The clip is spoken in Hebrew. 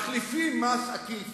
מחליפים מס עקיף,